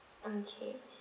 okay